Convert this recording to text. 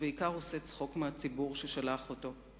ובעיקר עושה צחוק מהציבור ששלח אותו.